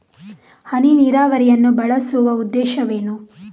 ಹನಿ ನೀರಾವರಿಯನ್ನು ಬಳಸುವ ಉದ್ದೇಶವೇನು?